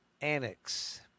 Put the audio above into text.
annex